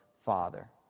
father